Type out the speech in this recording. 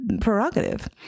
prerogative